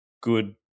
good